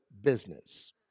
business